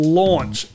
launch